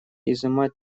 изымать